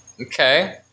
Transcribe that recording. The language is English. Okay